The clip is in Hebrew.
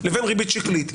לבין ריבית שקלית.